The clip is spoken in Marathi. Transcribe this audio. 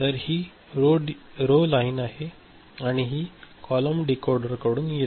तर ही रो लाईन आहे आणि ही कॉलम डिकोडरकडून येते